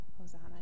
Hosanna